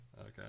okay